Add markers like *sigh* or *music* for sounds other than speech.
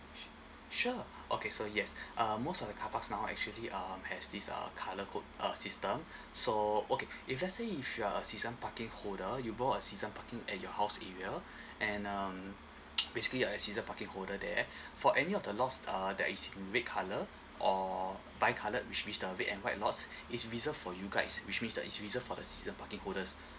sur~ sure *breath* okay so yes *breath* um most of the car parks now actually um has this uh colour code uh system *breath* so okay *breath* if let's say if you're a season parking holder you wore a season parking at your house area *breath* and um basically a season parking holder there *breath* for any of the lots uh that is in red colour *breath* or bi coloured which which the red and white lots *breath* it's reserved for you guys which means that it's reserved for the season parking holders *breath*